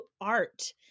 art